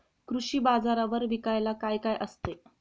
कृषी बाजारावर विकायला काय काय असते?